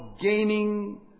gaining